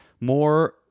more